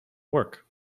work